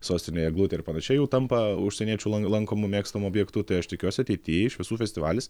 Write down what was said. sostinėje eglutė ir panašiai jau tampa užsieniečių lankomu mėgstamu objektu tai aš tikiuosi ateity šviesų festivalis